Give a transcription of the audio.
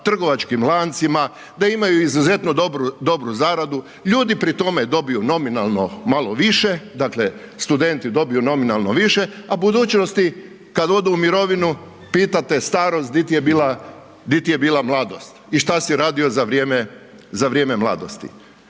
trgovačkim lancima, da imaju izuzetno dobru zaradu, ljudi pri tome dobiju nominalno malo više, dakle studenti dobiju nominalno više a u budućnosti kad odu u mirovinu, pita te starost di ti je mladost i šta si radio za vrijeme mladosti.